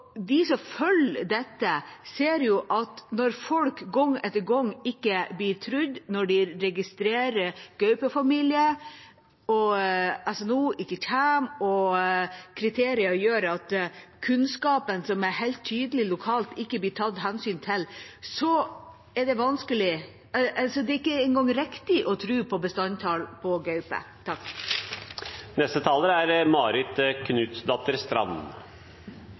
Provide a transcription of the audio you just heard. De som følger dette, ser jo at når folk gang etter gang ikke blir trodd når de registrerer gaupefamilier, når SNO ikke kommer, og når kriterier gjør at kunnskapen som er helt tydelig lokalt, ikke blir tatt hensyn til, er det vanskelig – det er ikke engang riktig – å tro på bestandstall for gaupe.